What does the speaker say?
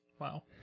Wow